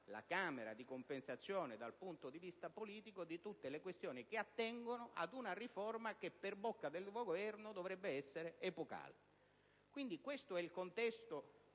la camera di compensazione dal punto di vista politico di tutte le questioni che attengono ad una riforma che, per bocca del Governo, dovrebbe essere epocale. Questo è quindi il contesto